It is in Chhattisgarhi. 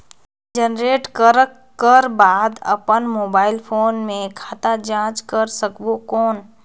जनरेट करक कर बाद अपन मोबाइल फोन मे खाता जांच कर सकबो कौन?